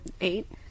eight